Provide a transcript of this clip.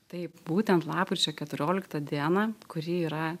taip būtent lapkričio keturioliktą dieną kuri yra